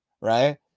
right